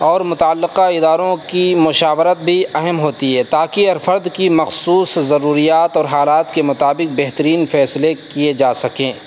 اور متعلقہ اداروں کی مشاورت بھی اہم ہوتی ہے تاکہ ار فرد کی مخصوص ضروریات اور حالات کے مطابک بہترین فیصلے کیے جا سکیں